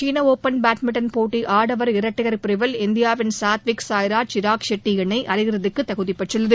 சீன open badminton போட்டி ஆடவர் இரட்டையர் பிரிவில் இந்தியாவின் சாத்விக் சாய்ராஜ் சிராக் ஷெட்டி இணை அரையிறுதிக்கு தகுதி பெற்றுள்ளது